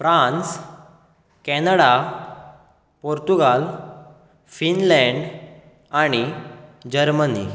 France Canada Portugal Finland आनी Germany